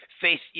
face –